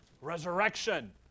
Resurrection